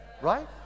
Right